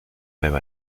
même